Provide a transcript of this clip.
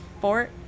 Fort